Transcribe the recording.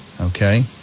okay